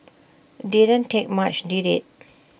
didn't take much did IT